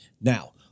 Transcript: Now